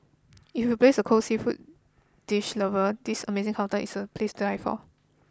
if you base a cold seafood dish lover this amazing counter is a place to die for